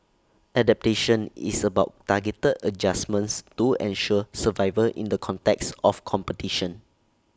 adaptation is about targeted adjustments to ensure survival in the context of competition